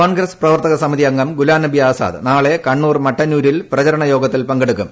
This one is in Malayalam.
കോൺഗ്രസ്സ് പ്രവർത്തകസമിത്തി അംഗ്ം ഗുലാംനബി ആസാദ് നാളെ കണ്ണൂർ മട്ടുന്നൂരിൽ പ്രചരണ യോഗത്തിൽ പങ്കെടുക്കും